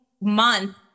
month